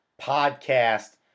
podcast